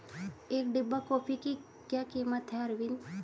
एक डिब्बा कॉफी की क्या कीमत है अरविंद?